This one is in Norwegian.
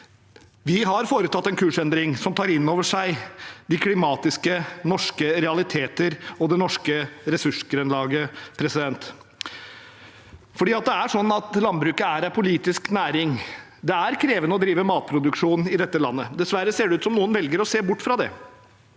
Vi har foretatt en kursendring som tar inn over seg norske klimatiske realiteter og det norske ressursgrunnlaget. Landbruket er en politisk næring. Det er krevende å drive matproduksjon i dette landet. Dessverre ser det ut som noen velger å se bort fra det.